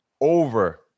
over